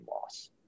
loss